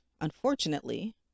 unfortunately